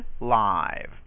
live